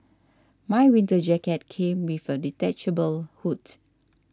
my winter jacket came with a detachable hood